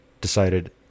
decided